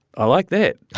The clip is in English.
i like that,